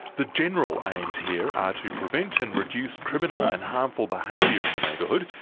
the general aims here are to prevent and reduce criminal and harmful behaviour in the neighbourhood,